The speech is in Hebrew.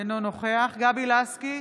אינו נוכח גבי לסקי,